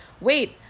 wait